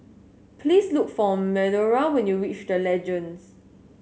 please look for Medora when you reach The Legends